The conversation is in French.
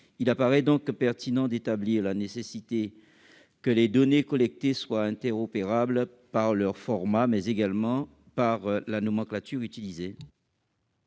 Il apparaît donc pertinent de faire ressortir la nécessité que les données collectées soient interopérables non seulement par leur format, mais également par la nomenclature utilisée.